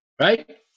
Right